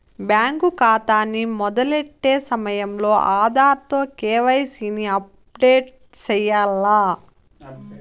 bank కాతాని మొదలెట్టే సమయంలో ఆధార్ తో కేవైసీని అప్పుడేటు సెయ్యాల్ల